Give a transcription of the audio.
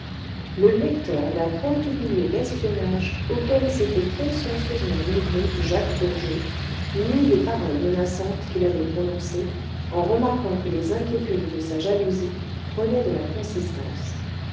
le lecteur n'a point oublié l'espionnage auquel s'était consciencieusement livré jacques bourgeot ni les paroles menaçantes qu'il avait prononcées en remarquant que les inquiétudes de sa jalousie prenaient de la consistance